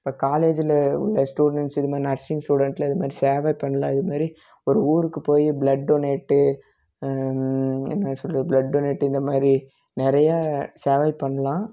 இப்போ காலேஜில் உள்ள ஸ்டூடண்ட்ஸ் இது மாதிரி நர்ஸிங் ஸ்டூடண்ட்ஸ்லாம் இது மாதிரி சேவை பண்ணலாம் இது மாதிரி ஒரு ஊருக்கு போய் ப்ளட் டொனேட்டு என்ன சொல்கிறது ப்ளட் டொனேட்டு இந்த மாதிரி நிறைய சேவை பண்ணலாம்